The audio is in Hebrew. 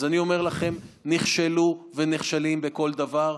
אני אומר לכם, הם נכשלו ונכשלים בכל דבר.